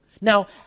Now